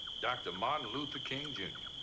dr. martin luther king, jr.